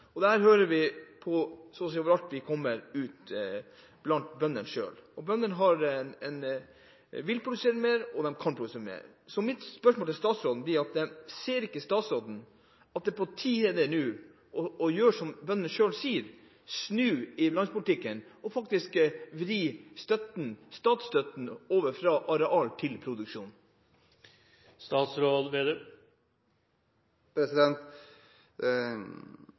hører vi så å si overalt, når vi snakker med bøndene selv. Bøndene vil og kan produsere mer. Så mitt spørsmål til statsråden blir: Ser ikke statsråden at det nå er på tide å gjøre som bøndene selv sier, å snu i landbrukspolitikken og vri statsstøtten fra areal til produksjon?